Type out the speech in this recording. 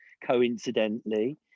coincidentally